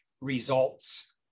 results